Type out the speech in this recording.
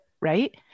Right